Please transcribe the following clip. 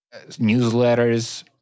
newsletters